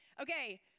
Okay